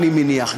אני מניח,